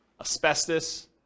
asbestos